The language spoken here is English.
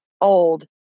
old